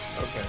Okay